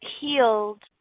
healed